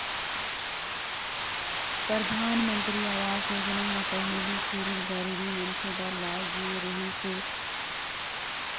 परधानमंतरी आवास योजना ह पहिली सिरिफ गरीब मनखे बर लाए गे रहिस हे